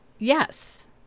Yes